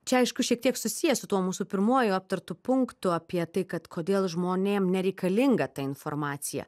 čia aišku šiek tiek susiję su tuo mūsų pirmuoju aptartu punktu apie tai kad kodėl žmonėm nereikalinga ta informacija